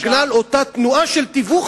בגלל אותה תנועה של תיווך ודמי עמלה.